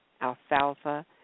alfalfa